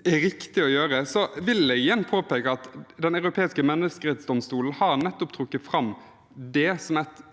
er riktig å gjøre, vil jeg igjen påpeke at Den europeiske menneskerettsdomstol nettopp har trukket fram det som et